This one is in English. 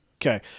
Okay